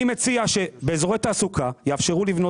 אני מציע שבאזורי תעסוקה יאפשרו לבנות